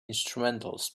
instrumentals